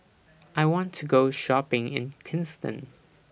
I want to Go Shopping in Kingston